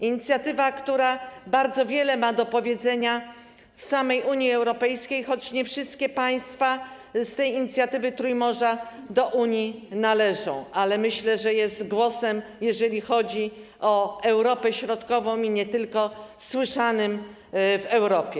Inicjatywa ta ma bardzo wiele do powiedzenia w samej Unii Europejskiej, choć nie wszystkie państwa z tej inicjatywy do Unii należą, i myślę, że jej głos, jeżeli chodzi o Europę Środkową i nie tylko, jest słyszany w Europie.